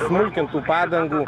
smulkintų padangų